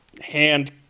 hand